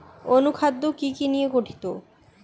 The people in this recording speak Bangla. অনুখাদ্য কি কি নিয়ে গঠিত?